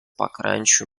pakrančių